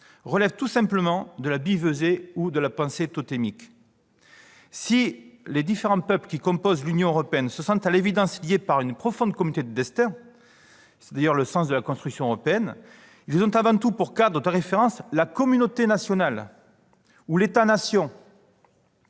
relève tout simplement de la billevesée ou de la pensée totémique. Si les différents peuples qui composent l'Union européenne se sentent à l'évidence liés par une profonde communauté de destin- c'est d'ailleurs le sens même de la construction européenne-, ils ont avant tout pour cadre de référence la communauté nationale ou l'État-nation.